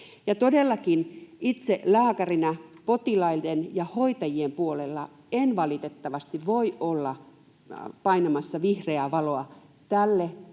Todellakaan itse lääkärinä, potilaiden ja hoitajien puolella, en valitettavasti voi olla painamassa vihreää valoa tälle